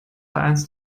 vereins